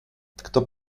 kto